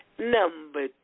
Number